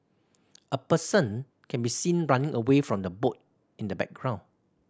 a person can be seen running away from the boat in the background